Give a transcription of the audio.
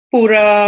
Pura